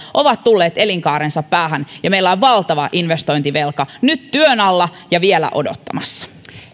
ovat tulleet elinkaarensa päähän ja meillä on valtava investointivelka nyt työn alla ja vielä odottamassa